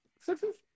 sixes